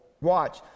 watch